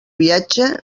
viatge